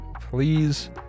please